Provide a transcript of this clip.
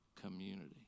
community